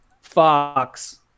fox